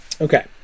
Okay